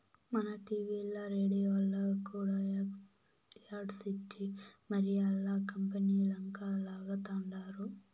మన టీవీల్ల, రేడియోల్ల కూడా యాడ్స్ ఇచ్చి మరీ ఆల్ల కంపనీలంక లాగతండారు